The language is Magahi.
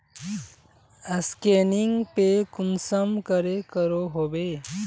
स्कैनिंग पे कुंसम करे करो होबे?